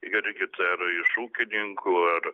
irgi tai yra iš ūkininkų ar